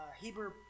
Hebrew